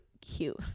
cute